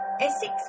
Essex